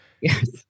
Yes